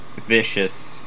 vicious